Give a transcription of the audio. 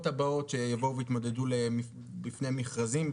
הבאות שיבואו ויתמודדו בפני מכרזים.